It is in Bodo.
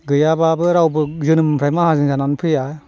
गैयाब्लाबो रावबो जोनोमनिफ्राय माहाजोन जानानै फैया